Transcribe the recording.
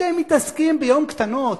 אתם מתעסקים ביום קטנות,